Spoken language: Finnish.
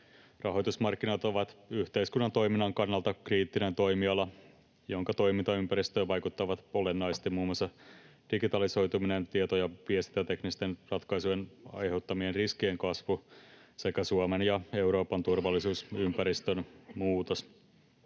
Rahoitusmarkkinat ovat yhteiskunnan toiminnan kannalta kriittinen toimiala, jonka toimintaympäristöön vaikuttavat olennaisesti muun muassa digitalisoituminen, tieto- ja viestintäteknisten ratkaisujen aiheuttamien riskien kasvu sekä Suomen ja Euroopan turvallisuusympäristön muutos.